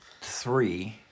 three